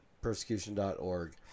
persecution.org